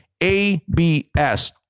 ABS